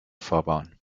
fahrbahn